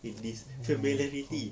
in this familiarity